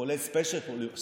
כולל Special Olympics.